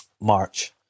march